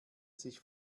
sich